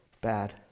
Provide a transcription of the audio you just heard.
bad